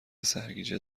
سرگیجه